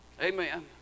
Amen